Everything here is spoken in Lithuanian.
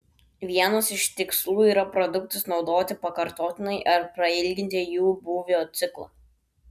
vienas iš tikslų yra produktus naudoti pakartotinai ar prailginti jų būvio ciklą